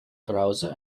browser